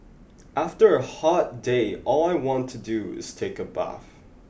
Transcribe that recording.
after a hot day all I want to do is take a bath